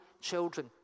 children